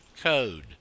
Code